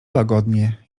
łagodnie